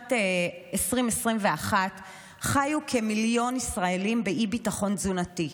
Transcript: בשנת 2021 חיו כמיליון ישראלים באי-ביטחון תזונתי.